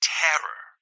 terror